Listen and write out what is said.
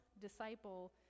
disciple